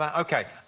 um ok,